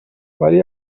ولی